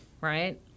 right